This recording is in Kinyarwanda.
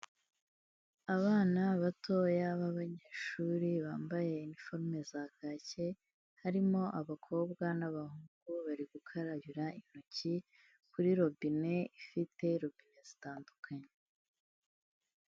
Abana batoya b'abanyeshuri bambaye iniforume za kacye, harimo abakobwa n'abahungu, bari gukarabira intoki kuri robine, ifite robine zitandukanye.